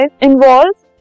involves